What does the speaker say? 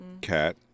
cat